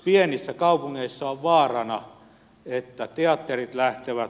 pienissä kaupungeissa on vaarana että teatterit lähtevät